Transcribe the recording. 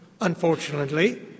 unfortunately